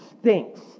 stinks